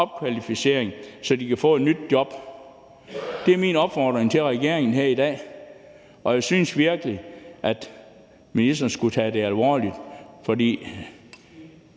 så de kan få et nyt job. Det er min opfordring til regeringen her i dag. Og jeg synes virkelig, at ministeren skulle tage det alvorligt.